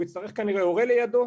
הוא יצטרך כנראה הורה לידו,